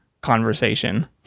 conversation